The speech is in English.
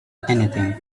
anything